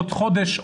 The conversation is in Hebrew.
עוד חודש,